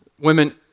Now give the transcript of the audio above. Women